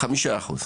חמישה אחוזים.